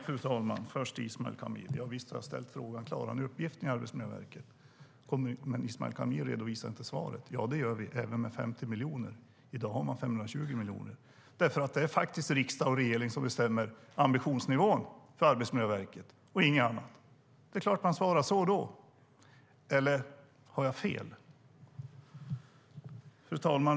Fru talman! Först till Ismail Kamil: Visst har jag ställt frågan: Klarar ni uppgiften, Arbetsmiljöverket? Men Ismail Kamil redovisar inte svaret "Ja, det gör vi - även med 50 miljoner". I dag har de 520 miljoner. Det är faktiskt riksdag och regering som bestämmer ambitionsnivån för Arbetsmiljöverket - ingen annan. Det är klart att man svarar så då. Eller har jag fel? Fru talman!